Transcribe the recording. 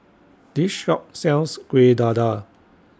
This Shop sells Kueh Dadar